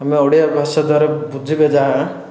ଆମେ ଓଡ଼ିଆ ଭାଷା ଦ୍ୱାରା ବୁଝିବେ ଯାହା